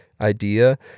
idea